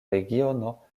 regiono